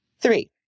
Three